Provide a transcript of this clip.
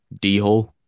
D-hole